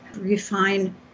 refine